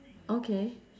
okay